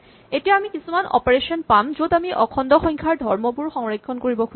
এতিয়া আমি কিছুমান অপাৰেচন পাম য'ত আমি অখণ্ড সংখ্যাৰ ধৰ্মবোৰ সংৰক্ষণ কৰিব খুজিম